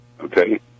Okay